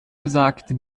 besagte